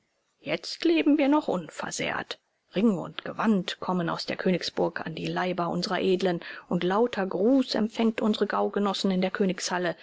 jetzt leben wir noch unversehrt ring und gewand kommen aus der königsburg an die leiber unserer edlen und lauter gruß empfängt unsere gaugenossen in der königshalle